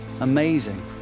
amazing